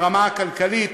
ברמה הכלכלית,